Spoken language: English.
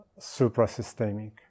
suprasystemic